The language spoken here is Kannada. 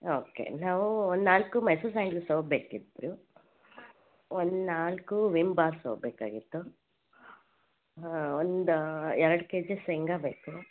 ಓಕೆ ನಾವು ಒಂದು ನಾಲ್ಕು ಮೈಸೂರು ಸ್ಯಾಂಡಲ್ ಸೋಪ್ ಬೇಕಿತ್ತು ಒಂದು ನಾಲ್ಕು ವಿಮ್ ಬಾರ್ ಸೋಪ್ ಬೇಕಾಗಿತ್ತು ಒಂದು ಎರಡು ಕೆ ಜಿ ಶೇಂಗಾ ಬೇಕು